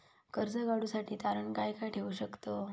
कर्ज काढूसाठी तारण काय काय ठेवू शकतव?